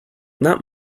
not